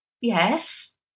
yes